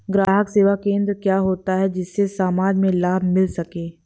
ग्राहक सेवा केंद्र क्या होता है जिससे समाज में लाभ मिल सके?